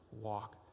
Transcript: walk